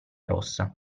rossa